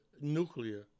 nuclear